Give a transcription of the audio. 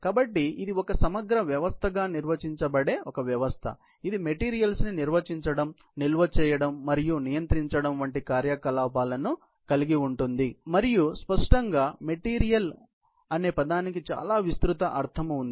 కాబట్టి ఇది ఒక సమగ్ర వ్యవస్థగా నిర్వచించబడే ఒక వ్యవస్థ ఇది మెటీరియల్స్ ని నిర్వహించడం నిల్వ చేయడం మరియు నియంత్రించడం వంటి కార్యకలాపాలను కలిగి ఉంటుంది మరియు స్పష్టంగా మెటీరియల్ అనే పదానికి చాలా విస్తృత అర్ధం ఉంది